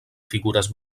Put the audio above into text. figures